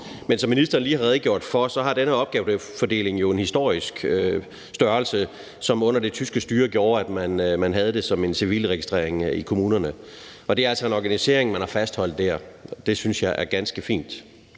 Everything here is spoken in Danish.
Men som ministeren lige har redegjort for, har denne opgavefordelingen jo en historisk baggrund, da man under det tyske styre havde det som en civilregistrering i kommunerne. Det er altså en organisering, man har fastholdt der. Det synes jeg er ganske fint.